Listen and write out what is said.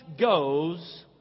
goes